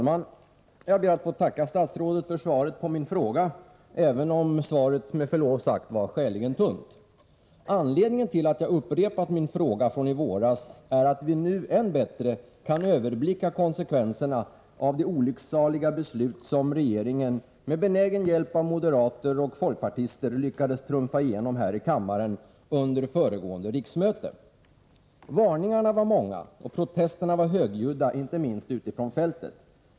Herr talman! Jag ber att få tacka statsrådet för svaret på min fråga, även om svaret med förlov sagt var skäligen tunt. Anledningen till att jag har upprepat min fråga från i våras är att vi nu än bättre kan överblicka konsekvenserna av det olycksaliga beslut som regeringen, med benägen hjälp av moderater och folkpartister, lyckades trumfa igenom här i kammaren under föregående riksmöte. Varningarna var många, och protesterna var högljudda, inte minst ute från fältet.